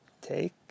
Take